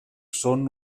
són